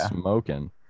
smoking